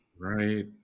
Right